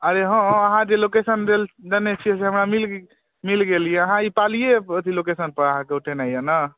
अरे हँ हँ अहाँजे लोकेशन देने छियै से हमरा मिल मिल गेल यऽ आहाँ ई पालिये लोकेशनपर आहाँके ओ केने अइ ने